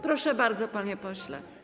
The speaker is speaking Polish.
Proszę bardzo, panie pośle.